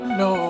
no